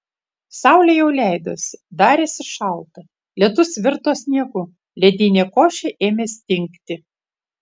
saulė jau leidosi darėsi šalta lietus virto sniegu ledinė košė ėmė stingti